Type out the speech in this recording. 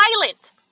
violent